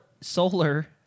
Solar